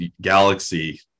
galaxy